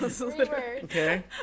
Okay